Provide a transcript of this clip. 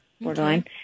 Borderline